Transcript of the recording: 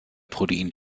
protein